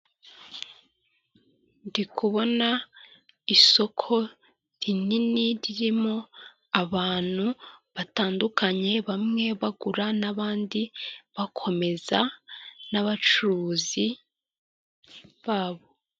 Ndi kubona isoko rinini, ririmo abantu batandukanye, bamwe bagura n'abandi bakomeza, n'abacuruzi babo.